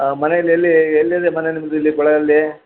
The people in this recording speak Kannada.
ಆಂ ಮನೇಲ್ಲಿ ಎಲ್ಲಿ ಎಲ್ಲಿದೆ ಮನೆ ನಿಮ್ದು ಇಲ್ಲಿ ಕೊಳ್ಳೇಗಾಲ್ದಲ್ಲಿ